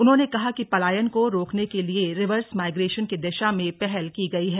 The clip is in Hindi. उन्होंने कहा कि पलायन को रोकने के लिये रिवर्स माईग्रेशन की दिशा में पहल की गई है